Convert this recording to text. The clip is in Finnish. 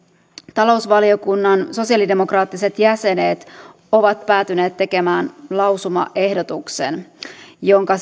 talousvaliokunnan sosialidemokraattiset jäsenet ovat päätyneet tekemään lausumaehdotuksen jonka